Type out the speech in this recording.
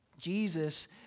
Jesus